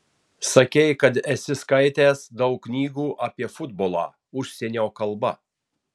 sakei kad esi skaitęs daug knygų apie futbolą užsienio kalba